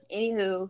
Anywho